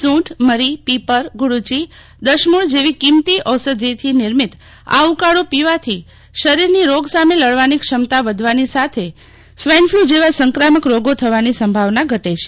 સુંઠ મરી પીપર ગુડુચી દશમુળ જેવી કિંમતો ઔષધીથી નિર્મિત આ ઉકાળો પીવાથી શરીર ની રોગ સામે લડવાની ક્ષમતા વધવાનો સાથે સ્વાઈન ફલુ જેવા સંક્રામક રોગો થવાની સંભાવના ઘટે છે